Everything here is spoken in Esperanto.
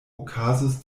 okazos